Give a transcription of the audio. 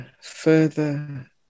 further